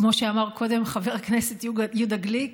כמו שאמר קודם חבר הכנסת יהודה גליק,